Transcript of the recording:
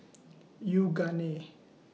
Yoogane